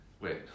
Wait